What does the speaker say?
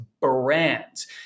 brands